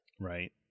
Right